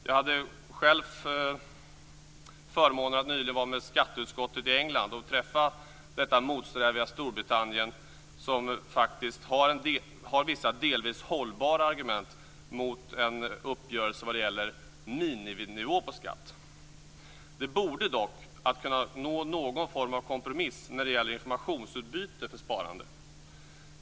Jag hade själv förmånen att nyligen vara med skatteutskottet i England och träffa detta motsträviga Storbritannien som faktiskt har vissa delvis hållbara argument mot en uppgörelse vad gäller miniminivå på skatt. Det borde dock kunna gå att nå någon form av kompromiss när det gäller informationsutbyte för sparande.